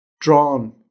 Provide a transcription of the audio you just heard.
drawn